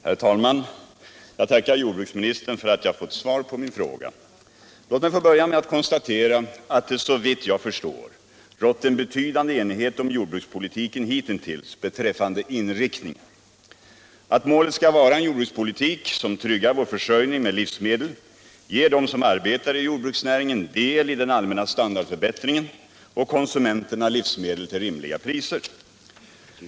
Herr talman! Jag tackar jordbruksministern för att jag fått svar på min fråga. Låt mig få börja med att konstatera att det, såvitt jag förstår, rått en betydande enighet om jordbrukspolitikens inriktning hitintills: att målet skall vara en jordbrukspolitik som tryggar vår försörjning med livsmedel, ger dem som arbetar i jordbruksnäringen del i den allmänna standardförbättringen och konsumenterna livsmedel till rimliga priser.